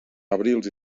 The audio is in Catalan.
abrils